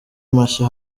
mashya